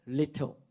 little